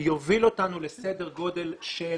יוביל אותנו לסדר גודל של